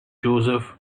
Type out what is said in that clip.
joseph